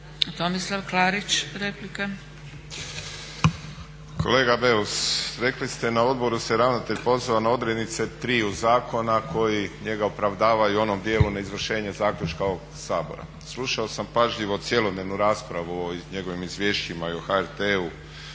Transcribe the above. Tomislav (HDZ)** Kolega Beus rekli ste na odboru se ravnatelj pozvao na odrednice triju zakona koji njega opravdavaju u onom dijelu neizvršenje zaključka ovog Sabora. Slušao sam pažljivo cjelodnevni raspravu o njegovim izvješćima i o HRT-u